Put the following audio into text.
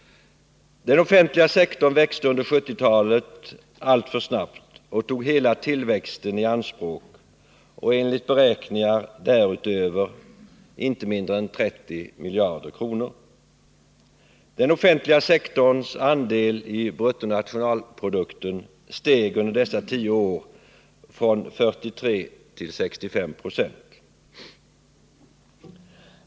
Den offentliga sektorn växte under 1970-talet alltför snabbt och tog hela tillväxten i anspråk och enligt beräkningar därutöver 30 miljarder kronor. Den offentliga sektorns andel i bruttonationalprodukten steg under dessa 10 år från 43 till 65 96.